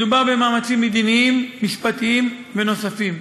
מדובר במאמצים מדיניים, משפטיים ונוספים.